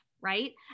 right